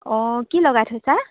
অঁ কি লগাই থৈছা